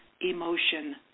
emotion